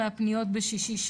מהפניות בשישי,